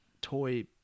toy